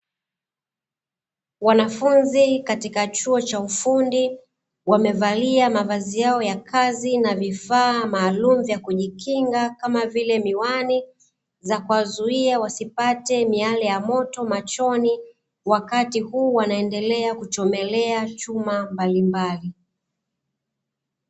Wanafunzi katika chuo cha ufundi, wamevalia mavazi yao ya kazi na vifaa maalumu vya kujikinga, kama vile miwani za kuwazuia wasipate miale ya moto machoni wakati huu wanaendelea kuchomelea chuma mbalimbali.